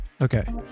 Okay